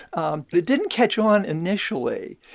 um but it didn't catch on initially.